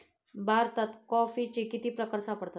भारतात कॉफीचे किती प्रकार सापडतात?